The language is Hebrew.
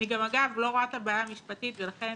אגב, אני גם לא רואה את הבעיה המשפטית ולכן